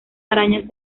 arañas